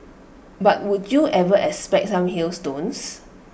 but would you ever expect some hailstones